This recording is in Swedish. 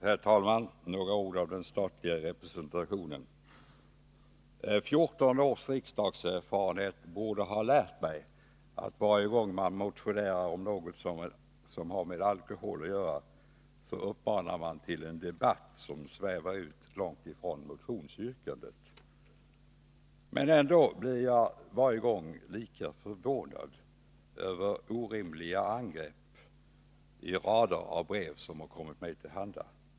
Herr talman! Några ord om den statliga representationen. 14 års riksdagserfarenhet borde ha lärt mig att varje motion om något som har med alkohol att göra uppmanar till en debatt som svävar ut långt ifrån motionsyrkandet. Men ändå blir jag varje gång lika förvånad över orimliga angrepp i de rader av brev som kommer mig till handa.